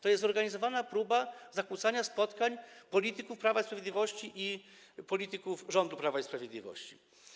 To jest zorganizowana próba zakłócania spotkań polityków Prawa i Sprawiedliwości i polityków rządu Prawa i Sprawiedliwości.